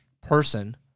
person